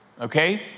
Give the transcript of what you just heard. okay